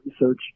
research